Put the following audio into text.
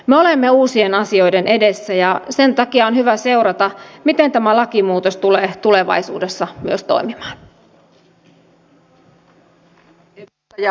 me olemme uusien asioiden edessä ja sen takia on hyvä seurata miten tämä lakimuutos tulee tulevaisuudessa myös toimimaan